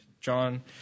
John